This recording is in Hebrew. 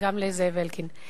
וגם לזאב אלקין.